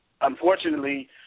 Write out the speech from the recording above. Unfortunately